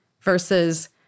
versus